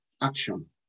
action